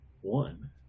one